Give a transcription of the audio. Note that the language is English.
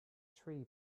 tree